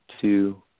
two